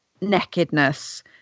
nakedness